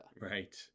right